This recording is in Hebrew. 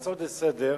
בהצעות לסדר-היום,